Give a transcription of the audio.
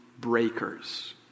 breakers